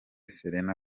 serena